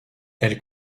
elle